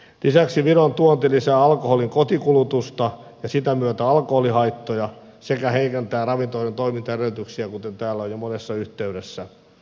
lisäksi viron tuonti lisää alkoholin kotikulutusta ja sitä myötä alkoholihaittoja sekä heikentää ravintoloiden toimintaedellytyksiä kuten täällä on jo monessa yhteydessä kerrottu